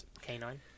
canine